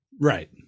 Right